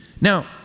Now